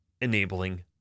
enabling